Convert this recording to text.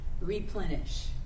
replenish